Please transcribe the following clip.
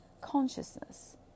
consciousness